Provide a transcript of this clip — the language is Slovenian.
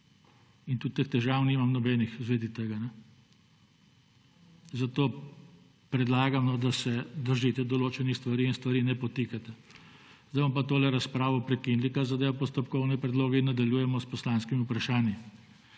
In tudi teh težav nimam nobenih v zvezi s tem. Zato predlagam, no, da se držite določenih stvari in stvari ne podtikate. Zdaj bomo pa tole razpravo prekinili, kar zadeva postopkovne predloge, in nadaljujemo s poslanskimi vprašanji.